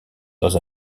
dans